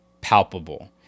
palpable